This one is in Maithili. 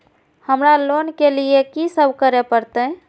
हमरा लोन ले के लिए की सब करे परते?